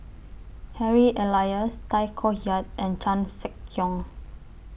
Harry Elias Tay Koh Yat and Chan Sek Keong